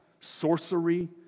sorcery